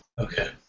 Okay